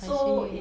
I see